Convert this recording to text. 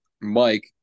Mike